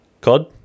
Cod